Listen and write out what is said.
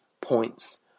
points